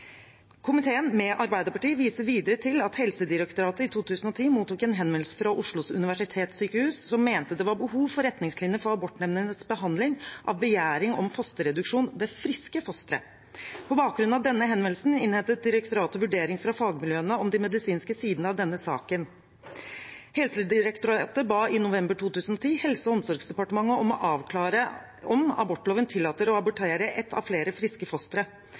Komiteen» – med Arbeiderpartiet – «viser til at Helse- og omsorgsdepartementet i rundskriv I-42/2001 har tolket abortloven slik at den gir adgang til selektiv fosterreduksjon av et alvorlig sykt foster.» Det står videre: «Komiteen» – med Arbeiderpartiet – «viser videre til at Helsedirektoratet i 2010 mottok en henvendelse fra Oslo universitetssykehus som mente det var behov for retningslinjer for abortnemndenes behandling av begjæring om fosterreduksjon ved friske fostre. På bakgrunn av denne henvendelsen innhentet direktoratet vurdering fra fagmiljøene om de medisinske